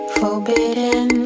forbidden